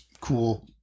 cool